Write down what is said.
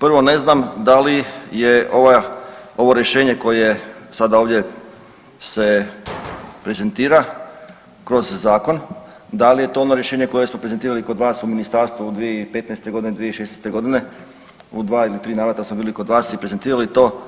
Prvo ne znam da li je ova, ovo rješenje koje sada ovdje se prezentira kroz zakon da li je to ono rješenje koje smo prezentirali kod vas u ministarstvu 2015. godine, 2016. godine u 2 ili 3 navrata smo bili kod vas i prezentirali to